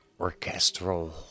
orchestral